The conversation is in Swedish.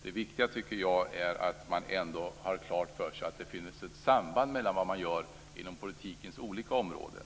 Det viktiga tycker jag är att man ändå har klart för sig att det finns ett samband mellan vad man gör inom politikens olika områden.